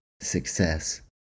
success